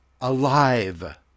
alive